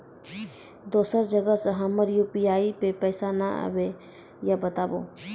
दोसर जगह से हमर यु.पी.आई पे पैसा नैय आबे या बताबू?